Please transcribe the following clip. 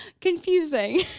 confusing